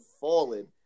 falling